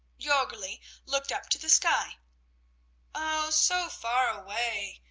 jorgli looked up to the sky oh, so far away,